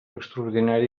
extraordinari